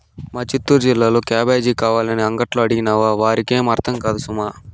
మా చిత్తూరు జిల్లాలో క్యాబేజీ కావాలని అంగట్లో అడిగినావా వారికేం అర్థం కాదు సుమా